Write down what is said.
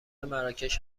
مراکش